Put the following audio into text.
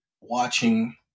watching –